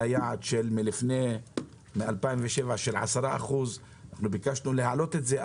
היה יעד לפני 2007 של 10% וביקשנו להעלות את זה,